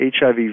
HIV